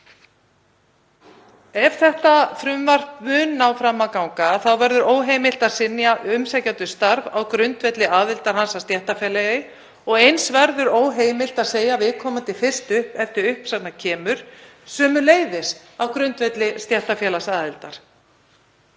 Ef þetta frumvarp nær fram að ganga verður óheimilt að synja umsækjanda um starf á grundvelli aðildar hans að stéttarfélagi og eins verður óheimilt að segja viðkomandi fyrst upp ef til uppsagna kemur, sömuleiðis á grundvelli stéttarfélagsaðildar.